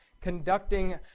conducting